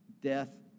death